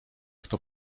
kto